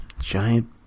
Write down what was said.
giant